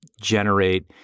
generate